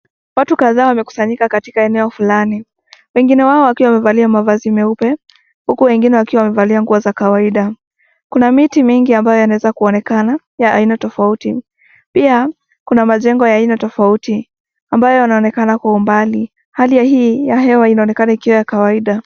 Watu kadhaa wamekusanyika katika eneo fulani, wengine wao wakiwa wamevalia mavazi meupe huku wengine wakiwa wamevalia nguo za kawaida. Kuna miti mingi ambayo yanaweza kuonekana ya aina tofauti, pia kuna majengo ya aina tofauti ambayo yanaonekana kwa umbali. Hali ya hewa inaonekana ikiwa ya kawaida.